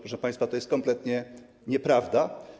Proszę państwa, to jest kompletna nieprawda.